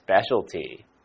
specialty